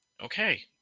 Okay